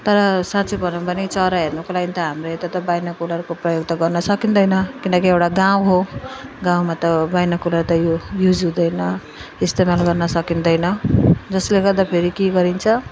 तर साँचो भनौँ भने चरा हेर्नुको लागि त हाम्रो यता त बाइनकुलरको प्रयोग त गर्न सकिँदैन किनकि एउटा गाउँ हो गाउँमा त बाइनकुलर त यो युज हुँदैन इस्तेमाल गर्न सकिँदैन जसले गर्दाफेरि के गरिन्छ